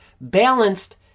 Balanced